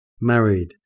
married